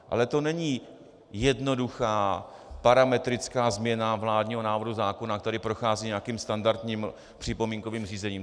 Ale to není jednoduchá parametrická změna vládního návrhu zákona, který prochází nějakým standardním připomínkovým řízením.